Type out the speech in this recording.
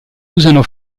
usano